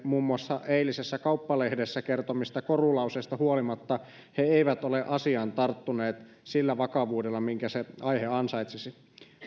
muun muassa eilisessä kauppalehdessä kertomistaan korulauseista huolimatta senaatti kiinteistöt ei ole asiaan tarttunut sillä vakavuudella minkä se aihe ansaitsisi myöskään